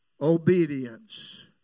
obedience